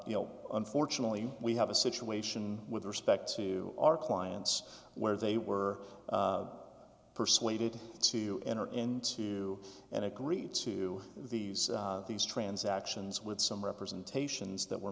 nfortunately we have a situation with respect to our clients where they were persuaded to enter into and agreed to these these transactions with some representations that were